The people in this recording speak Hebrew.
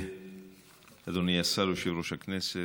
אדוני השר, יושב-ראש הכנסת,